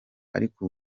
ariko